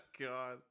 god